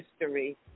history